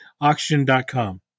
Oxygen.com